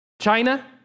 China